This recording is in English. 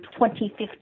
2015